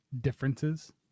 differences